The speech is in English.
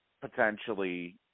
potentially